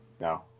No